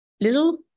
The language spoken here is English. little